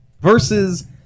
versus